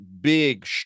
big